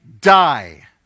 die